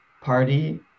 party